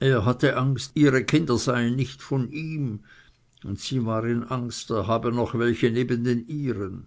er hatte angst ihre kinder seien nicht von ihm und sie war in angst er habe noch welche neben den ihren